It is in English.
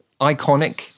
iconic